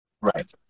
Right